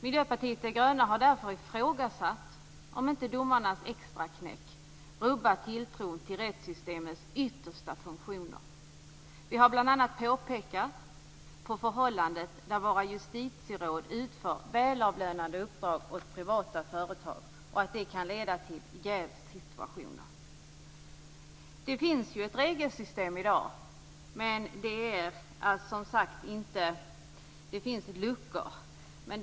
Miljöpartiet de gröna har därför ifrågasatt om inte domarnas extraknäck rubbar tilltron till rättssystemets yttersta funktioner. Vi har bl.a. pekat på förhållandet att våra justitieråd utför välavlönade uppdrag åt privata företag och att det kan leda till jävssituationer. Det finns ju ett regelsystem i dag, men det finns luckor i det.